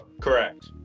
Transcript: Correct